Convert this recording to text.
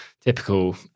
typical